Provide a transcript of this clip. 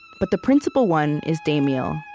but the principal one is damiel.